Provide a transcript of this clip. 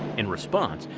in response,